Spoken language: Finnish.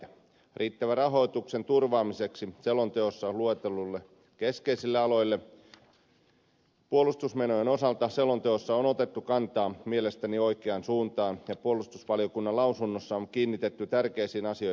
riittävän rahoituksen turvaamiseksi selonteossa luetelluille keskeisille aloille puolustusmenojen osalta selonteossa on otettu kantaa mielestäni oikeaan suuntaan ja puolustusvaliokunnan lausunnossa on kiinnitetty tärkeisiin asioihin huomiota